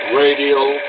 radial